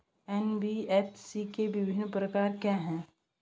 NBFC के विभिन्न प्रकार क्या हैं?